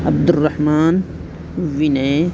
Abdul Rahman ونئے